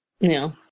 No